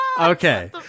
Okay